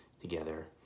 together